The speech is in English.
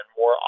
more